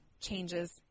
changes